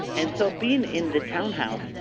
and so being in the townhouse,